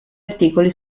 articoli